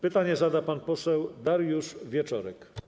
Pytanie zada pan poseł Dariusz Wieczorek.